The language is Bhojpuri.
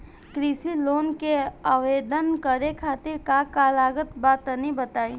कृषि लोन के आवेदन करे खातिर का का लागत बा तनि बताई?